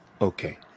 Okay